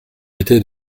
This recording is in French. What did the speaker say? était